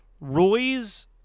Roy's